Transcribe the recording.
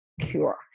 cure